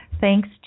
thanks